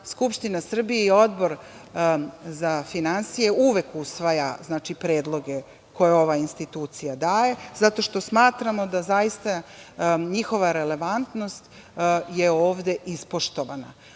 Skupština Srbije i Odbor za finansije uvek usvaja predloge koje ova institucija daje, zato što smatramo da zaista njihova relevantnost je ovde ispoštovana.